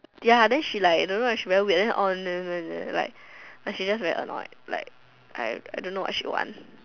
ya then she like I don't know she very weird then she like she just very annoyed like I don't know what she want